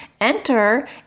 enter